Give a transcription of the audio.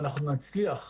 ואנחנו נצליח,